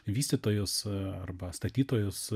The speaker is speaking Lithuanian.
vystytojus arba statytojus